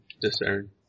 discern